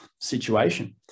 situation